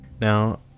Now